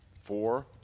four